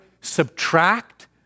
subtract